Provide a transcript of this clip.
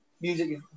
music